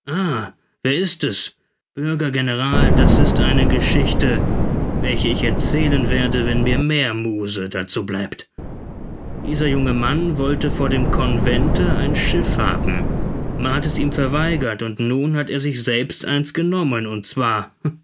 wer ist es bürger general das ist eine geschichte welche ich erzählen werde wenn mir mehr muse dazu bleibt dieser junge mensch wollte von dem convente ein schiff haben man hat es ihm verweigert und nun hat er sich selbst eins genommen und zwar